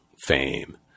fame